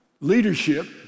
leadership